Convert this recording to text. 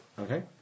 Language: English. Okay